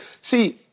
See